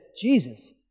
Jesus